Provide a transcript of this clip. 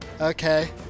Okay